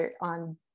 on